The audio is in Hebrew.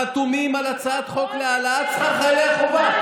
חתומים על הצעת חוק להעלאת שכר חיילי החובה.